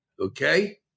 okay